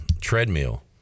treadmill